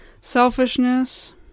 selfishness